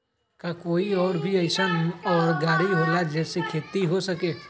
का कोई और भी अइसन और गाड़ी होला जे से खेती हो सके?